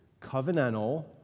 covenantal